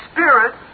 Spirit